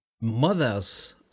mother's